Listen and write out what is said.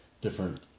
different